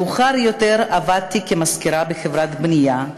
מאוחר יותר עבדתי כמזכירה בחברת בנייה,